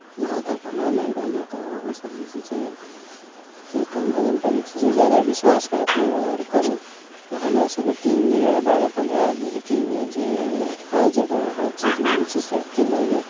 जहाँ तक हमरा लागि रहल यऽ तऽ अहूॅं सब जे छै से किर्तन भजन पर जे छै से जादा बिश्वास राखू आओर करू आ हमरा सबके टीम जे यऽ बारह पंद्रह आदमीके टीम यऽ जे हर जगह हर चीजमे जे छै से एक्टिव रहैया